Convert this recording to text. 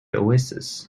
oasis